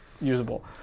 usable